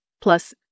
plus